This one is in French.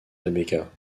rebecca